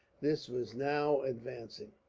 this was now advancing.